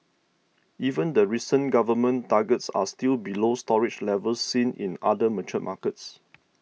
even the recent government targets are still below storage levels seen in other mature markets